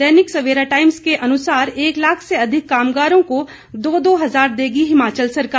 दैनिक Savera Times के अनुसार एक लाख से अधिक कामगारों को दो दो हज़ार देगी हिमाचल सरकार